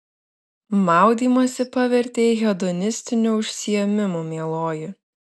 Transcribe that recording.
maudymąsi pavertei hedonistiniu užsiėmimu mieloji